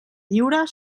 lliure